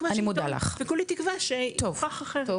מה שנידון וכולי תקווה שהיא תוכח אחרת.